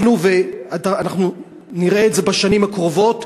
אנחנו נראה את זה בשנים הקרובות.